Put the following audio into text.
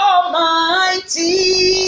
Almighty